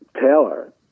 Taylor